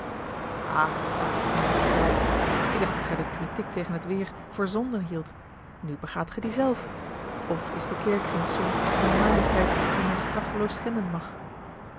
mon cher ik dacht dat gij de critiek tegen t weer voor zonde hieldt nu begaat gij die zelf of is de keerkringszon eene majesteit die men straffeloos schenden mag